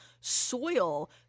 soil